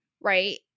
right